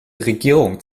regierung